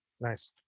Nice